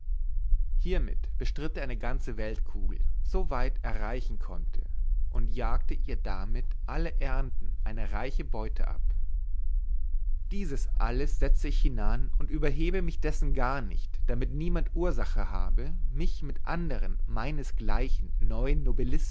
hiermit bestritte er die ganze weltkugel soweit er reichen konnte und jagte ihr damit alle ernden eine reiche beute ab dieses alles setze ich hindan und überhebe mich dessen ganz nicht damit niemand ursache habe mich mit andern meinesgleichen neuen